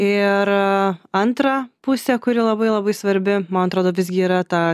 ir antrą pusę kuri labai labai svarbi man atrodo visgi yra ta